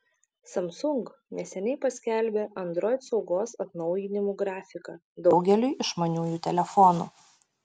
samsung neseniai paskelbė android saugos atnaujinimų grafiką daugeliui išmaniųjų telefonų